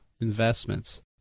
investments